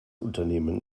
unternehmen